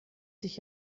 sich